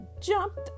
jumped